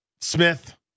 Smith